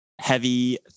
heavy